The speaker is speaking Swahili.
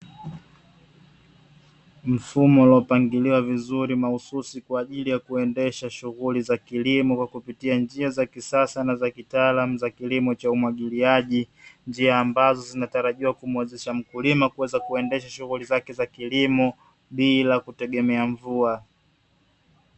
Mfumo uliopangiliwa vizuri mahususi kwa ajili ya kuendesha shughuli za kilimo kwa kupitia njia za kisasa na za kitaalamu za kilimo cha umwagiliaji, ambazo humuwezesha mkulima kuendesha shughuli zake za kilimo bila kutegemea mvua.